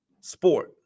sport